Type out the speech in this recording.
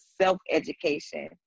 self-education